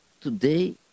Today